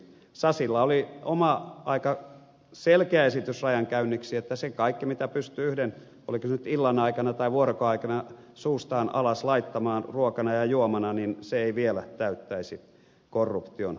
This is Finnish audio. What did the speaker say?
sasilla oli oma aika selkeä esitys rajankäynniksi että se kaikki mitä pystyy oliko se nyt illan aikana tai vuorokauden aikana suustaan alas laittamaan ruokana ja juomana ei vielä täyttäisi korruption tunnusmerkistöä